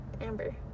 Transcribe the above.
Amber